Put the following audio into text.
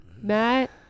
Matt